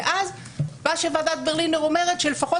ואז מה שוועדת ברלינר אומרת שלפחות